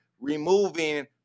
removing